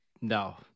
No